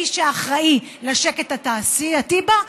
וכמי שאחראי לשקט התעשייתי בה,